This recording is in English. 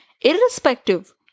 irrespective